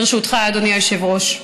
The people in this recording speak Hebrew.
ברשותך, אדוני היושב-ראש.